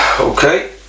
Okay